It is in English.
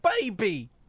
baby